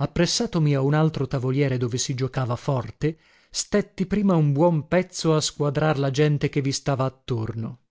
appressatomi a un altro tavoliere dove si giocava forte stetti prima un buon pezzo a squadrar la gente che vi stava attorno